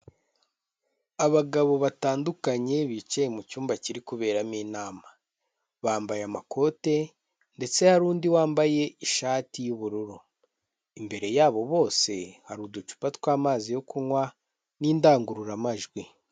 Abagabo batandukanye bicaye mucyumba kiri kuberamo inama, bambaye amakote ndetse hari undi wambaye ishati y'ubururu. Imbere yabo bose hari uducupa tw'amazi yo kunywa n'indangururamajwi.